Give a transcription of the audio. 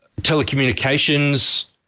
telecommunications